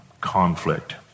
conflict